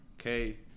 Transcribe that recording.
Okay